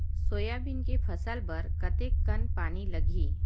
Soybean के फसल बर कतेक कन पानी लगही?